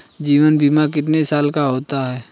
जीवन बीमा कितने साल का होता है?